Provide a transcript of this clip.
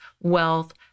wealth